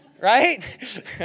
right